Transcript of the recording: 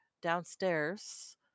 downstairs